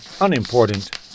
unimportant